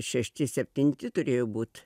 šešti septinti turėjo būt